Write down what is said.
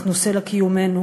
אנחנו סלע קיומנו,